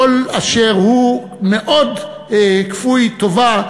עול אשר הוא מאוד כפוי טובה,